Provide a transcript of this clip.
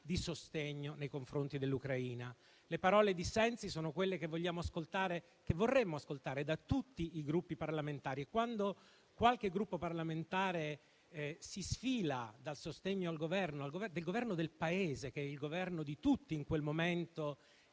di sostegno nei confronti dell'Ucraina. Le parole di Sensi sono quelle che vogliamo ascoltare, che vorremmo ascoltare da tutti i Gruppi parlamentari. Quando qualche Gruppo parlamentare si sfila dal sostegno al Governo del Paese, che è il Governo di tutti in quel momento